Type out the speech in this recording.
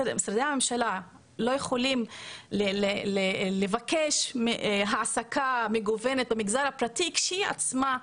משרדי הממשלה לא יכולים לבקש העסקה מגוונת במגזר הפרטי כשהם עצמם לא,